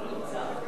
לא נמצא.